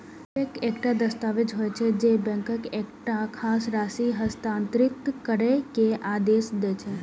cheque एकटा दस्तावेज होइ छै, जे बैंक के एकटा खास राशि हस्तांतरित करै के आदेश दै छै